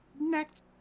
Next